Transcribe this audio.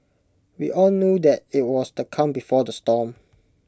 we all knew that IT was the calm before the storm